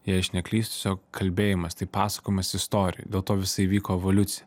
jei aš neklystu tiesiog kalbėjimas tai pasakojimas istorijų dėl to visa įvyko evoliucija